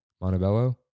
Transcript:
Montebello